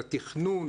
לתכנון,